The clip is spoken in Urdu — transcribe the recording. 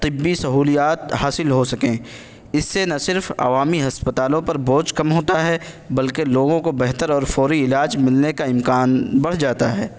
طبی سہولیات حاصل ہو سکیں اس سے نہ صرف عوامی ہسپتالوں پر بوجھ کم ہوتا ہے بلکہ لوگوں کو بہتر اور فوری علاج ملنے کا امکان بڑھ جاتا ہے